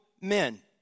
men